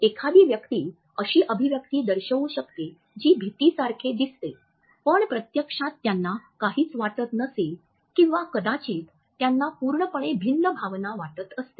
एखादी व्यक्ती अशी अभिव्यक्ती दर्शवू शकते जी भीतीसारखे दिसते पण प्रत्यक्षात त्यांना काहीच वाटत नसेल किंवा कदाचित त्यांना पूर्णपणे भिन्न भावना वाटत असते